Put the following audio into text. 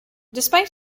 despite